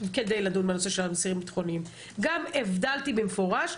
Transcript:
כדי לדון בנושא של האסירים הביטחוניים; גם הבדלתי במפורש,